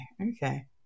okay